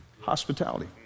hospitality